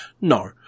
No